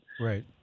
Right